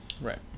right